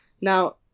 Now